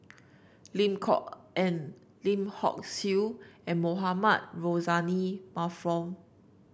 Lim Kok Ann Lim Hock Siew and Mohamed Rozani Maarof